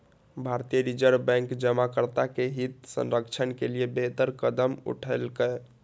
भारतीय reserve bank जमाकर्ता के हित संरक्षण के लिए बेहतर कदम उठेलकै